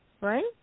right